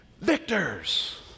Victors